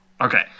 Okay